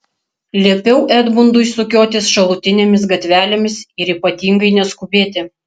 liepiau edmundui sukiotis šalutinėmis gatvelėmis ir ypatingai neskubėti